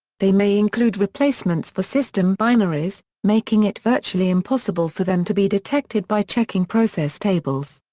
they may include replacements for system binaries, making it virtually impossible for them to be detected by checking process tables.